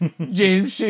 James